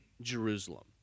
Jerusalem